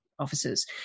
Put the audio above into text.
Officers